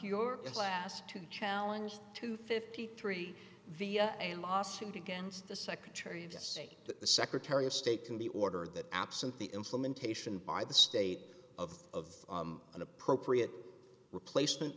f your class to challenge to fifty three via a lawsuit against the secretary of state that the secretary of state can be ordered that absent the implementation by the state of an appropriate replacement